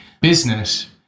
business